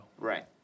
Right